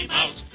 Mouse